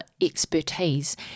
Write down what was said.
expertise